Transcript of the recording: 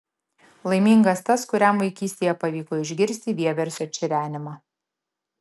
laimingas tas kuriam vaikystėje pavyko išgirsti vieversio čirenimą